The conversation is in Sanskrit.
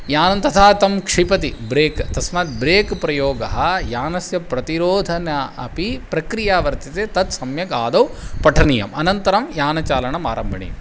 यानं तथा तं क्षिपति ब्रेक् तस्मात् ब्रेक् प्रयोगः यानस्य प्रतिरोधनम् अपि प्रक्रिया वर्तते तत् सम्यक् आदौ पठनीयम् अनन्तरं यानचालनम् आरम्भनीयम्